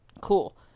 cool